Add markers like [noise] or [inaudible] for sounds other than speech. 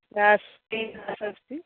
[unintelligible]